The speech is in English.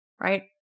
right